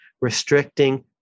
restricting